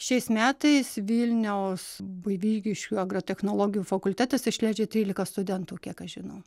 šiais metais vilniaus buivydiškių agrotechnologijų fakultetas išleidžia trylika studentų kiek aš žinau